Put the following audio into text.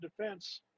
defense